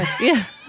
yes